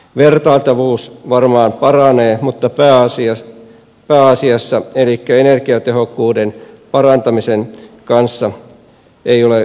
vertailtavuus varmaan paranee mutta pääsian elikkä energiatehokkuuden parantamisen kanssa ei ole kovin varmaa